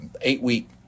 eight-week